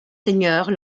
seigneurs